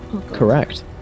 correct